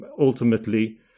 ultimately